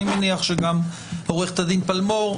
אני מניח שגם עו"ד פלמור תתייחס לזה.